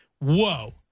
whoa